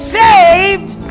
saved